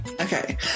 Okay